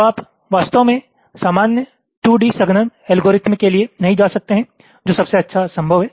तो आप वास्तव में सामान्य 2D संघनन एल्गोरिथ्म के लिए नहीं जा सकते हैं जो सबसे अच्छा संभव है